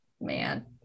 man